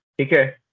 Okay